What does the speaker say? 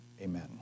Amen